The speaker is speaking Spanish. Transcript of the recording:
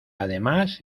además